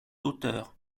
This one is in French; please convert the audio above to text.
auteurs